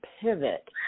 pivot